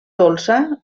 dolça